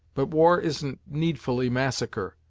but war isn't needfully massacre.